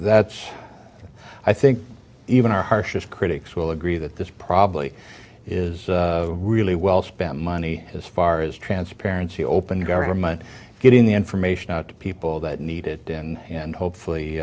's i think even our harshest critics will agree that this probably is really well spent money as far as transparency open government getting the information out to people that need it in and hopefully